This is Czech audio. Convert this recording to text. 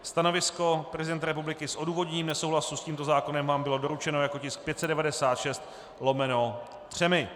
Stanovisko prezidenta republiky s odůvodněním nesouhlasu s tímto zákonem vám bylo doručeno jako tisk 596/3.